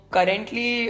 Currently